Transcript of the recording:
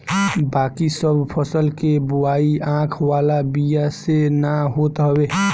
बाकी सब फसल के बोआई आँख वाला बिया से ना होत हवे